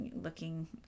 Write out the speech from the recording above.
looking